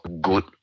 good